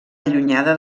allunyada